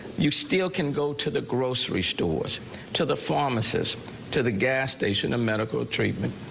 you still can go to the grocery stores to the pharmacist to the gas station a medical treatment.